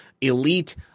elite